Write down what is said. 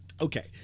Okay